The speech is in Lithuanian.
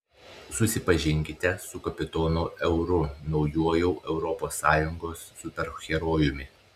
susipažinkite su kapitonu euru naujuoju europos sąjungos superherojumi